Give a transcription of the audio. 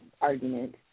argument